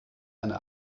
eine